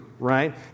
right